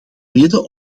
reden